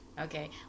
Okay